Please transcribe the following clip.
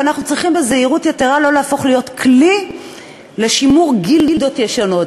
ואנחנו צריכים בזהירות יתרה לא להפוך להיות כלי לשימור גילדות ישנות.